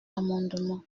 amendement